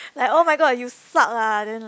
like oh-my-god you suck lah then like